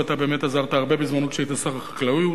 ואתה באמת עזרת הרבה בזמנך כשהיית שר החקלאות,